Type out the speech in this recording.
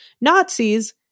Nazis